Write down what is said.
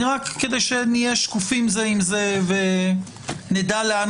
רק כדי שנהיה שקופים זה עם זה ונדע לאן